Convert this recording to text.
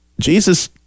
Jesus